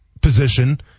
position